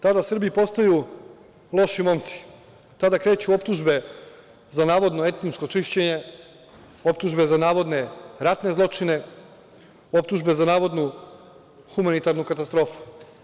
Tada Srbi postaju loši momci, tada kreću optužbe za navodno etničko čišćenje, optužbe za navodne ratne zločine, optužbe za navodnu humanitarnu katastrofu.